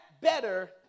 better